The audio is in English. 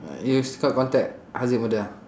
uh you still got contact haziq brother ah